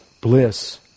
bliss